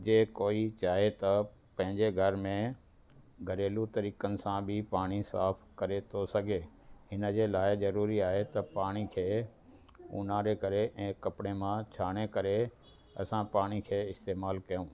जे कोई चाहे त पंहिंजे घर में घरेलू तरीक़नि सां बि पाणी साफ़ करे थो सघे हिन जे लाइ ज़रूरी आहे त पाणी खे उनारे करे ऐं कपिड़े मां छाणे करे असां पाणी खे इस्तेमालु कयूं